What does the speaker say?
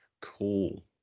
cool